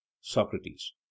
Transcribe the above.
socrates